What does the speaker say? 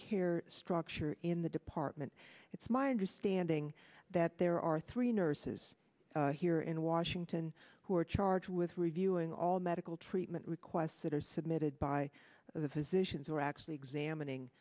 care structure in the department it's my understanding that there are three nurses here in washington who are charged with reviewing all medical treatment requests that is submitted by the physicians who are actually examining